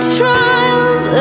trials